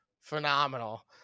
phenomenal